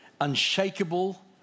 unshakable